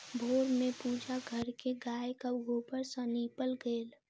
भोर में पूजा घर के गायक गोबर सॅ नीपल गेल